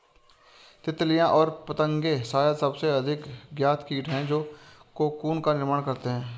तितलियाँ और पतंगे शायद सबसे अधिक ज्ञात कीट हैं जो कोकून का निर्माण करते हैं